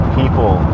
people